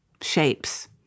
shapes